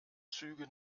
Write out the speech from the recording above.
züge